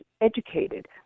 educated